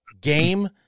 game